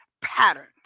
patterns